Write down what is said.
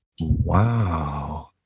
Wow